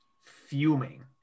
fuming